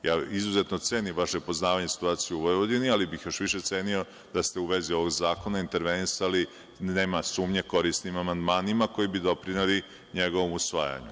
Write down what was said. Izuzetno cenim vaše poznavanje situacije u Vojvodini, ali bih još više cenio da ste u vezi ovog zakona intervenisali, nema sumnje, korisnim amandmanima koji bi doprineli njegovom usvajanju.